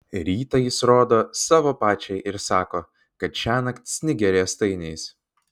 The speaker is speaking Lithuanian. rytą jis rodo savo pačiai ir sako kad šiąnakt snigę riestainiais